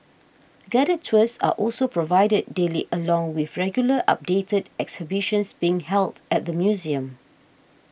guided tours are also provided daily along with regularly updated exhibitions being held at the museum